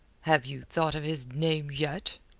have you thought of his name yet?